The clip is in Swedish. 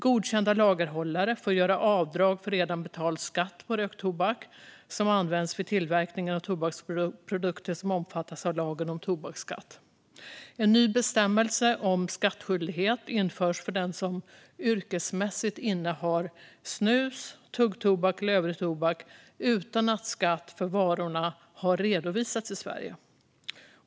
Godkända lagerhållare får göra avdrag för redan betald skatt på röktobak som används vid tillverkningen av tobaksprodukter som omfattas av lagen om tobaksskatt. En ny bestämmelse om skattskyldighet införs för den som yrkesmässigt innehar snus, tuggtobak eller övrig tobak utan att skatt för varorna har redovisats i Sverige.